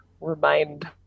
remind